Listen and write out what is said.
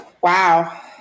wow